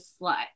slut